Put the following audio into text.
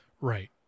right